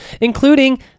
including